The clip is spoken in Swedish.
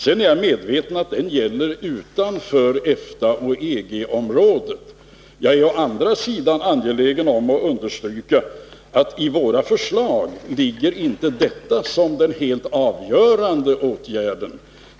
Jag är medveten om att globalkvotering gäller utanför EFTA och EG-området. Jag är å andra sidan angelägen om att understyrka att i våra förslag ligger inte detta fast som den helt avgörande åtgärden.